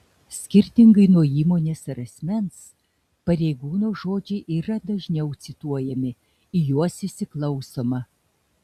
skirtingai nuo įmonės ar asmens pareigūno žodžiai yra dažniau cituojami į juos įsiklausoma